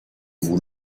vous